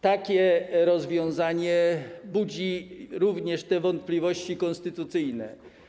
Takie rozwiązanie budzi również te wątpliwości konstytucyjne.